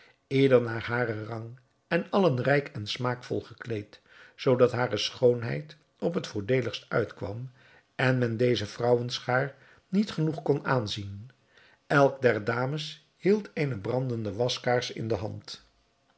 ieder naar haren rang en allen rijk en smaakvol gekleed zoodat hare schoonheid op het voordeeligst uitkwam en men deze vrouwenschaar niet genoeg kon aanzien elk der dames hield eene brandende waskaars in de hand